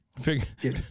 figure